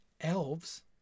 elves